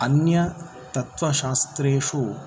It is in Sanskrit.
अन्य तत्त्वशास्त्रेषु